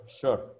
sure